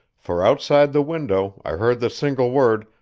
for outside the window i heard the single word,